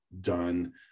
done